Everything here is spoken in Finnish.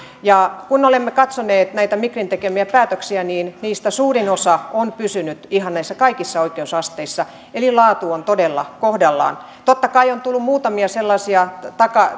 kun olemme katsoneet näitä migrin tekemiä päätöksiä niin niistä suurin osa on pysynyt ihan näissä kaikissa oikeusasteissa eli laatu on todella kohdallaan totta kai on muutamia sellaisia